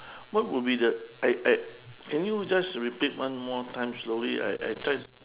what would be the I I can you just repeat one more time slowly I I try